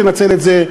לנצל את זה,